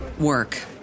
work